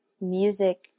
music